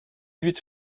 huit